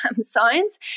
science